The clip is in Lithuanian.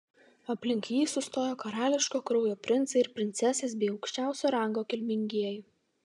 aplink jį sustojo karališko kraujo princai ir princesės bei aukščiausio rango kilmingieji